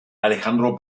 alejandro